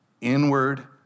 inward